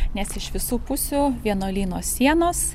nes iš visų pusių vienuolyno sienos